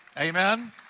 Amen